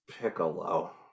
Piccolo